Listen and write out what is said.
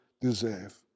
deserve